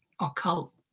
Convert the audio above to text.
occult